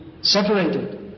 separated